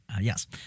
Yes